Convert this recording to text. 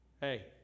hey